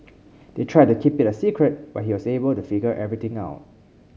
they tried to keep it a secret but he was able to figure everything out